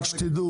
תדעו